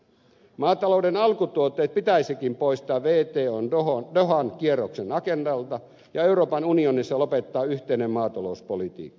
maatalouden alkutuotteet pitäisikin poistaa wton dohan kierroksen agendalta ja euroopan unionissa lopettaa yhteinen maatalouspolitiikka